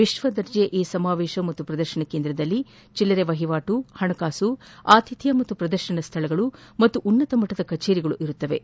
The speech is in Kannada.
ವಿಶ್ವದರ್ಜೆಯ ಈ ಸಮಾವೇಶ ಮತ್ತು ಪ್ರದರ್ಶನಕೇಂದ್ರದಲ್ಲಿ ಚಿಲ್ಲರೆ ವಹಿವಾಟು ಹಣಕಾಸು ಆತಿಥ್ಯ ಮತ್ತು ಪ್ರದರ್ಶನ ಸ್ವಳಗಳು ಹಾಗೂ ಉನ್ನತಮಟ್ಟದ ಕಚೇರಿಗಳು ಇರಲಿವೆ